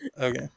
Okay